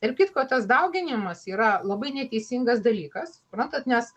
tarp kitko tas dauginimas yra labai neteisingas dalykas suprantat nes